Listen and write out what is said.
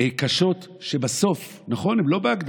קשות שבסוף, נכון, הן לא בהגדרה,